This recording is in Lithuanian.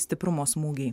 stiprumo smūgiai